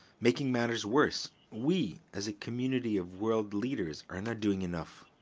making matters worse, we as a community of world leaders are not doing enough.